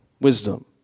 wisdom